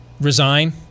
Resign